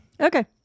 Okay